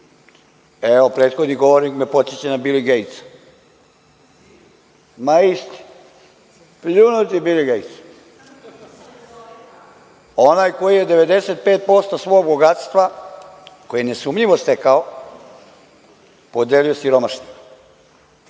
Evo, prethodni govornik me podseća na Bili Gejtsa. Ma isti, pljunuti Bili Gejts, onaj koji je 95% svog bogatstva, koje je nesumnjivo stekao, podelio siromašnima.